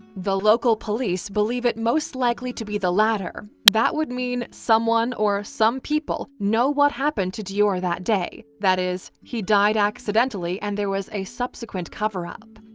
the local police believe it most likely to be the latter that would mean someone or some people know what happened to deorr that day, that is, he died accidentally and there was a subsequent cover-up.